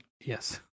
yes